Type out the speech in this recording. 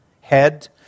head